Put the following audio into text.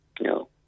no